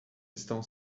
estão